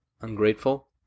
Ungrateful